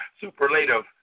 superlative